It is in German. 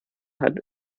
hat